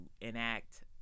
enact